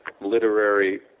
literary